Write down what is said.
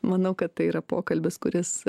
manau kad tai yra pokalbis kuris